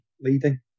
leading